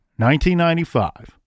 1995